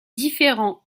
différents